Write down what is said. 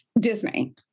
Disney